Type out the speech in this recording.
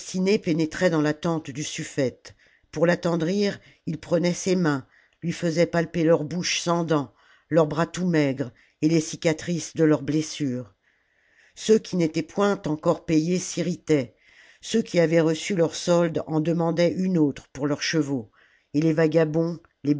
pénétraient dans la tente du sufïete pour l'attendrir ils prenaient ses mains lui faisaient palper leurs bouches sans dents leurs bras tout maigres et les cicatrices de leurs blessures ceux qui n'étaient point encore payés s'irritaient ceux qui avaient reçu leur solde en demandaient une autre pour leurs chevaux et les vagabonds